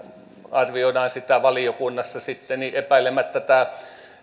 arvioidaan sitä valiokunnassa sitten niin epäilemättä tämä